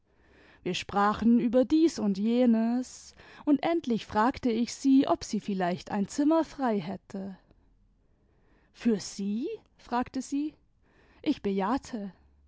wir sprachen über dies und jenes und endlich fragte ich sie ob sie vielleicht ein zimmer frei hätte für sie fragte sie ich bejahte